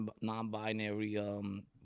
non-binary